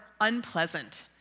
unpleasant